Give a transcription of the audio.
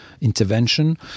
intervention